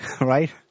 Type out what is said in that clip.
right